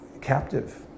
captive